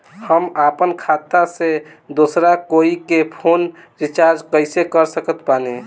हम अपना खाता से दोसरा कोई के फोन रीचार्ज कइसे कर सकत बानी?